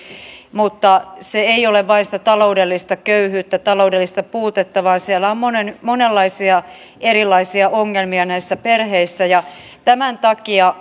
mutta se ei ole vain sitä taloudellista köyhyyttä taloudellista puutetta vaan siellä on monenlaisia erilaisia ongelmia näissä perheissä ja tämän takia